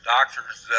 Doctors